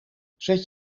zet